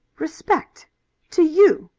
respect to you?